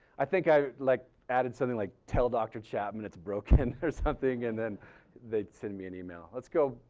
i think i like added something like tell dr. chapman it's broken or something and then they'd send me an e-mail. let's go.